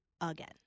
again